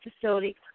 facility